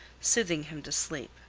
soothing him to sleep.